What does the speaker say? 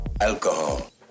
Alcohol